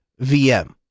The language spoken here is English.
VM